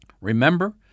Remember